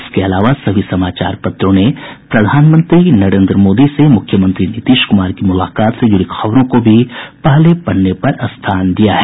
इसके अलावा सभी समाचार पत्रों ने प्रधानमंत्री नरेन्द्र मोदी से मुख्यमंत्री नीतीश कुमार की मुलाकात से जुड़ी खबरों को पहले पन्ने पर स्थान दिया है